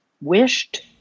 wished